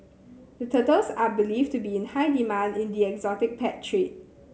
the turtles are believed to be in high demand in the exotic pet trade